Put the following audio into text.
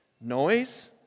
Noise